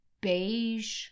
beige